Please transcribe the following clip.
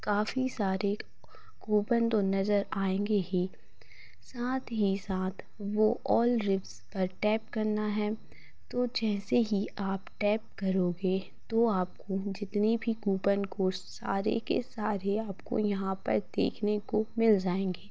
काफ़ी सारे कूपन तो नजर आएँगे ही साथ ही साथ वो ऑल रिप्स पर टैप करना हैं तो जैसे ही आप टैप करोगे तो आपको जितनी भी कूपन को सारे के सारे आपको यहाँ पर देखने को मिल जाएँगे